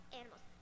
animals